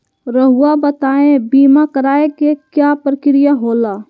रहुआ बताइं बीमा कराए के क्या प्रक्रिया होला?